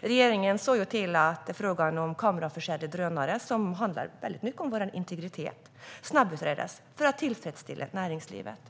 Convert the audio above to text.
Regeringen såg till att frågan om kameraförsedda drönare, som handlar väldigt mycket om vår integritet, snabbutreddes för att tillfredsställa näringslivet.